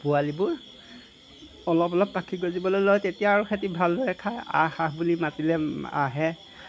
পোৱালিবোৰ অলপ অলপ পাখি গজিবলৈ লয় তেতিয়া আৰু সিহঁতি ভালদৰে খায় আহ আহ বুলি মাতিলে আহে